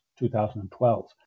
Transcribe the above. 2012